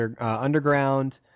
Underground